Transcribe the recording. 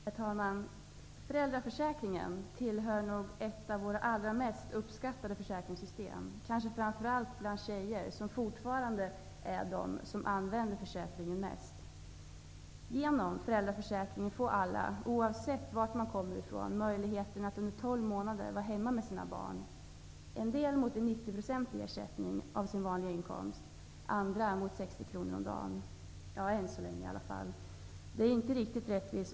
Herr talman! Föräldraförsäkringen är nog ett av våra allra mest uppskattade försäkringssystem -- kanske framför allt bland tjejer, som fortfarande är de som mest använder sig av försäkringen. Genom föräldraförsäkringen får alla, oavsett varifrån man kommer, möjlighet att under tolv månader vara hemma med sina barn -- en del med en ersättning motsvarande 90 % av den vanliga inkomsten, andra med en ersättning om 60 kr om dagen, i alla fall än så länge. Men detta är inte riktigt rättvist.